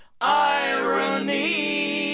irony